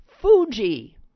Fuji